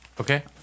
Okay